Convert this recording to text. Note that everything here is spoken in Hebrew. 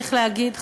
צריך להגיד,